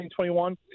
2021